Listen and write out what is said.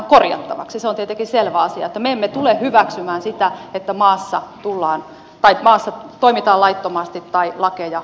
se on tietenkin selvä asia että me emme tule hyväksymään sitä että maassa toimitaan laittomasti tai lakeja ei noudateta